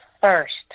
first